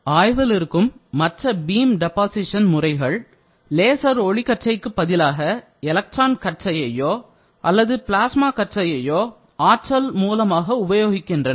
ஆய்வில் இருக்கும் மற்ற பீம் டெபாசிட் முறைகள் லேசர் ஒளிக்கற்றைக்கு பதிலாக எலக்ட்ரான் கற்றையையோ அல்லது பிளாஸ்மா கற்றையையோ ஆற்றல் மூலமாக உபயோகிக்கின்றன